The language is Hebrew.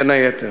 בין היתר.